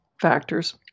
factors